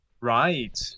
Right